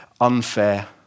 unfair